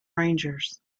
rangers